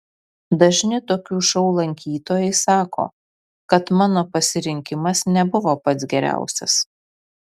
dažni tokių šou lankytojai sako kad mano pasirinkimas nebuvo pats geriausias